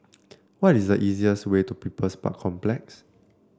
what is the easiest way to People's Park Complex